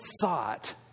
thought